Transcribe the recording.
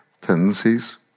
tendencies